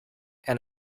and